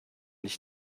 nicht